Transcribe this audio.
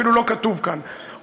אפילו לא כתוב כאן,